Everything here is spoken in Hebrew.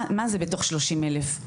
מה זה בתוך 30,000?